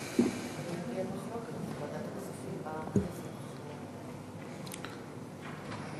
הצעת חוק הגדלת הסיוע לניצולי שואה (תיקוני חקיקה),